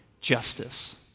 Justice